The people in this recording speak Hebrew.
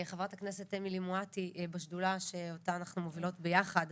חברת הכנסת אמילי מואטי בשדולה שאותה אנחנו מובילות יחד.